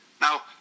Now